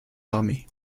armées